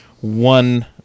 one